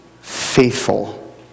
faithful